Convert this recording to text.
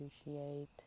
appreciate